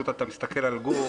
אתה מסתכל על גור.